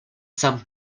san